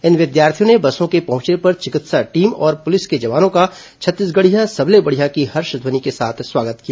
इन विद्यार्थियों ने बसों के पहुंचने पर चिकित्सा टीम और पुलिस के जवानों का छत्तीसगढ़िया सबले बढ़िया की हर्ष ध्वनि के साथ स्वागत किया